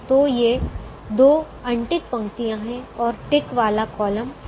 तो ये दो अनटिक पंक्तियाँ हैं और टिक वाला कॉलम है